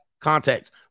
context